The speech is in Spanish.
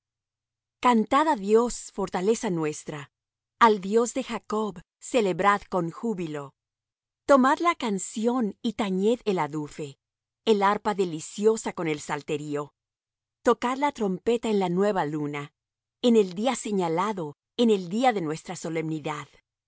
á dios fortaleza nuestra al dios de jacob celebrad con júbilo tomad la canción y tañed el adufe el arpa deliciosa con el salterio tocad la trompeta en la nueva luna en el día señalado en el día de nuestra solemnidad